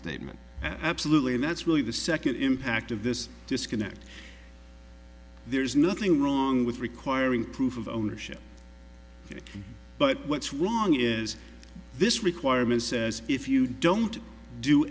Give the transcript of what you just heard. statement absolutely and that's really the second impact of this disconnect there's nothing wrong with requiring proof of ownership but what's wrong is this requirement says if you don't do